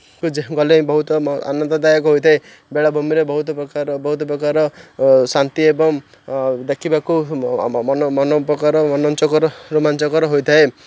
ଯାହା ବି ଗଲେ ବହୁତ ଆନନ୍ଦଦାୟକ ହୋଇଥାଏ ବେଳାଭୂମିରେ ବହୁତ ପ୍ରକାର ଶାନ୍ତି ଏବଂ ଦେଖିବାକୁ ରୋମାଞ୍ଚକର ହେଇଥାଏ